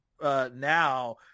Now